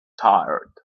tired